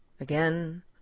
Again